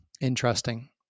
interesting